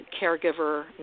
caregiver